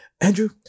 Andrew